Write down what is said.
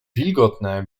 wilgotne